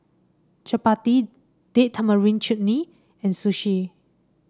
Chapati Date Tamarind Chutney and Sushi